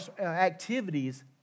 activities